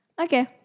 Okay